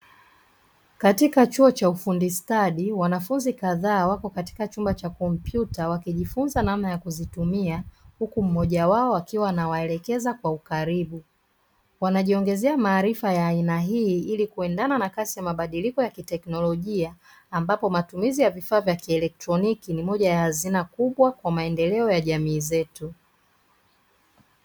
Katika chuo cha ufundi stadi wanafunzi kadhaa wako katika chumba cha kompyuta wakijifunza namna ya kuzitumia, huku mmoja wao akiwa anawaelekeza kwa ukaribu. Wanajiongezea maarifa ya aina hii ili kuendana na kasi ya mabadiliko ya kiteknolojia, ambapo matumizi ya vifaa vya kielektroniki ni moja ya hazina kubwa kwa maendeleo ya jamii zetu.